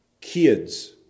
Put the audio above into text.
Kids